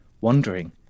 wondering